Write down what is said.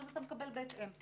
אתה מקבל בהתאם.